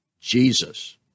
Jesus